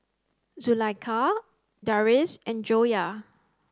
Zulaikha Deris and Joyah